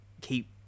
keep